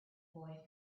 boy